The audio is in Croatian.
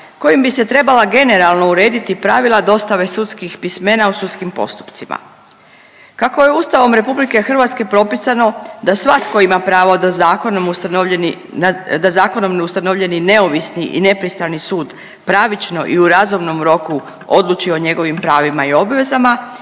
kojim bi se trebala generalno urediti pravila dostave sudskih pismena u sudskim postupcima. Kako je Ustavom RH propisano da svatko ima pravo ustanovljeni, da zakonom na ustavljeni i neovisni i nepristrani sud pravično i u razumnom roku odluči o njegovim pravima i obvezama